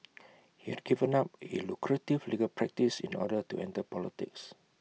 he had given up A lucrative legal practice in order to enter politics